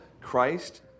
Christ